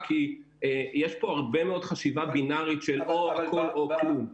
כי יש פה הרבה חשיבה בינארית של או הכל או כלום.